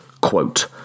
quote